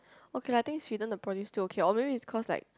okay lah I think Sweden the produce still okay or maybe it's cause like